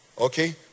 okay